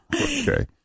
Okay